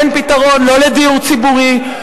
אין פתרון לא לדיור ציבורי,